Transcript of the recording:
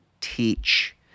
teach